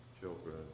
children